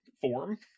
form